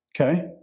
Okay